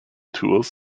tools